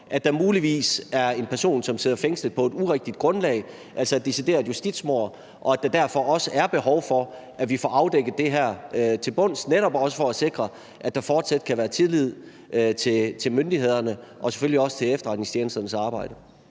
at der muligvis er en person, som sidder fængslet på et urigtigt grundlag, altså at der er sket et decideret justitsmord, og at der derfor også er behov for, at vi får afdækket det her til bunds, netop også for at sikre, at der fortsat kan være tillid til myndighederne og selvfølgelig også til efterretningstjenesternes arbejde.